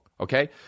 Okay